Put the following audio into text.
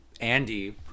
Andy